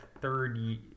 third